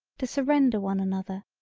to surrender one another,